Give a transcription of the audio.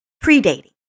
Pre-dating